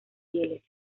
pieles